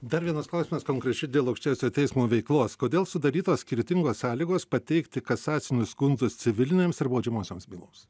dar vienas klausimas konkrečiai dėl aukščiausiojo teismo veiklos kodėl sudarytos skirtingos sąlygos pateikti kasacinius skundus civilinėms ir baudžiamosioms byloms